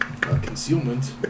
concealment